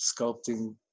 sculpting